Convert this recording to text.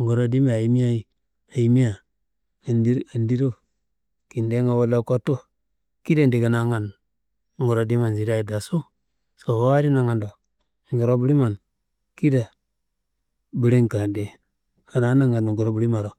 nguro dimma ayimiayi, ayimia yendiro kindenga walla kotu, kidade nguro dimman sireaye ngassu, sobowu adi nangando, nguro buliman kida bulim kande anaa nangando nguro bulimaro.